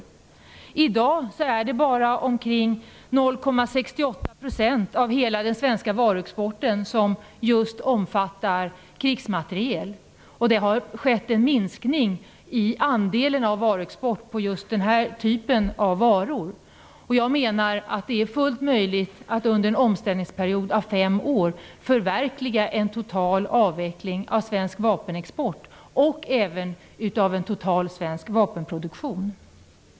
Det har skett en minskning av just krigsmaterielens andel av varuexporten. I dag är det bara omkring 0,68 % av hela den svenska varuexporten som omfattar just krigsmateriel. Jag menar att det är fullt möjligt att på en omställningsperiod av fem år förverkliga en total avveckling av svensk vapenexport och även en total avveckling av svensk vapenproduktion.